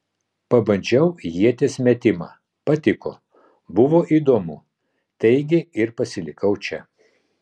pabandžiau ieties metimą patiko buvo įdomu taigi ir pasilikau čia